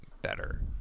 better